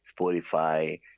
Spotify